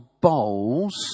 bowls